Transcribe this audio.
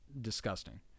disgusting